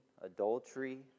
adultery